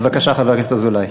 בבקשה, חבר הכנסת אזולאי.